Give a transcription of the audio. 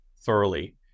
thoroughly